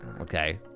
okay